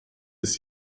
ist